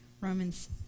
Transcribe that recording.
Romans